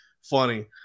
funny